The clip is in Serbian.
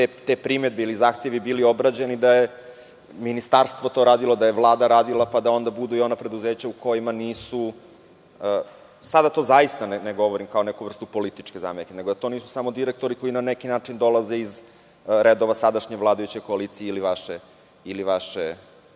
te primedbe ili zahtevi bili obrađeni da je ministarstvo to radilo, da je Vlada to radila, pa da onda budu i ona preduzeća u kojima to nije. Sada to zaista ne govorim kao neku vrstu političke zamerke, nego to nisu samo direktori koji na neki način dolaze iz redova sadašnje vladajuće koalicije ili vaše